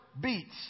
beats